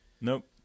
Nope